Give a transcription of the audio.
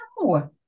no